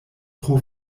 tro